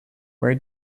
where